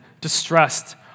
distressed